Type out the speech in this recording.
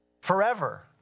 forever